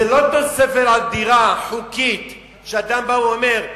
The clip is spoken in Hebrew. זו לא תוספת על דירה חוקית, שאדם בא ואומר: